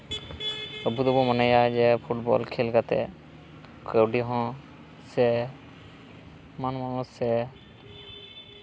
ᱟᱵᱚ ᱫᱚᱵᱚᱱ ᱢᱚᱱᱮᱭᱟ ᱯᱷᱩᱴᱵᱚᱞ ᱠᱷᱮᱞ ᱠᱟᱛᱮᱜ ᱠᱟᱹᱣᱰᱤ ᱦᱚᱸ ᱥᱮ ᱢᱟᱱ ᱢᱚᱦᱚᱛ ᱥᱮ